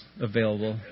available